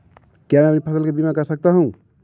क्या मैं अपनी फसल का बीमा कर सकता हूँ?